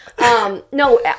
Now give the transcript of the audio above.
No